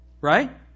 Right